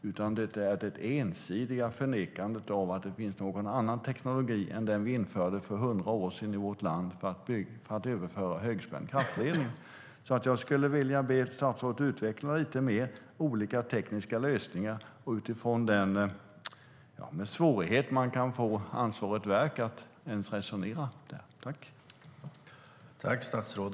Det handlar om det ensidiga förnekandet av att det skulle finnas någon annan teknologi än den vi införde för 100 år sedan i vårt land för att överföra högspänd kraftledning. Jag skulle vilja be statsrådet utveckla olika tekniska lösningar utifrån svårigheten att få ansvarigt verk att ens resonera om det.